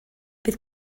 bydd